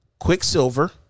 Quicksilver